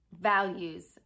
values